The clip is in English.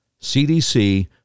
CDC